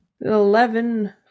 eleven